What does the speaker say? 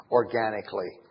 organically